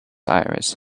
aires